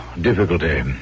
difficulty